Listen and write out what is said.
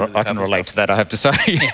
i can relate to that, i have to say!